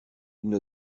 une